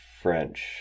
French